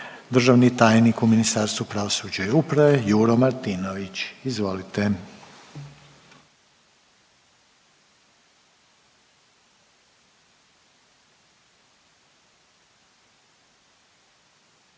državni tajnik u Ministarstvu pravosuđa i uprave. Izvolite.